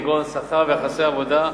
כגון שכר ויחסי עבודה,